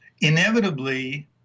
inevitably